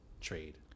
trade